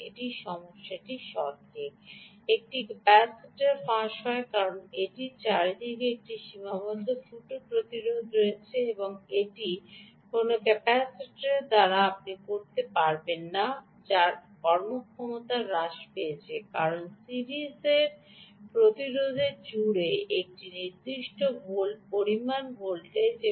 এটি সমস্যাটি সঠিক একটি ক্যাপাসিটার ফাঁস হয় কারণ এটির চারদিকে একটি সীমাবদ্ধ ফুটো প্রতিরোধের রয়েছে এবং এটি কোনও ক্যাপাসিটারের দ্বারা আপনি করতে পারবেন না যার কার্যক্ষমতা হ্রাস পেয়েছে কারণ সিরিজের প্রতিরোধের জুড়ে একটি নির্দিষ্ট ভোল্ট পরিমাণ ভোল্টেজ রয়েছে